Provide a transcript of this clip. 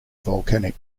volcanic